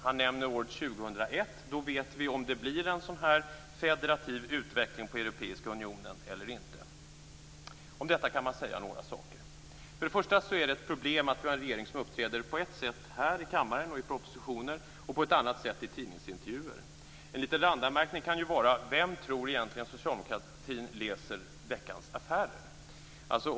Han nämner år 2001 - då vet vi om det blir en federativ utveckling av den europeiska unionen eller inte. Om detta kan man säga några saker. För det första är det ett problem att vi har en regering som uppträder på ett sätt här i kammaren och i propositioner, och på ett annat sätt i tidningsintervjuer. En liten randanmärkning kan vara: Vem tror socialdemokraterna det är som läser Veckans Affärer?